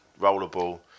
Rollerball